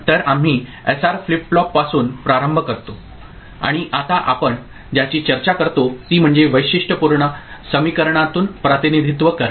तर आम्ही S R flip फ्लॉपपासून प्रारंभ करतो आणि आता आपण ज्याची चर्चा करतो ती म्हणजे वैशिष्ट्यपूर्ण समीकरणातून प्रतिनिधित्व करणे